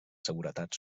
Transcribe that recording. seguretat